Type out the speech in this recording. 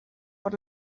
por